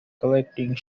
collecting